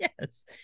Yes